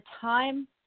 time